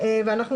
אדוני,